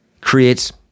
creates